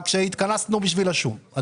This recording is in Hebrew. אבל התכנסנו בשביל השום.